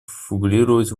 фигурировать